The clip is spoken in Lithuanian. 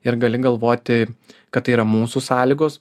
ir gali galvoti kad tai yra mūsų sąlygos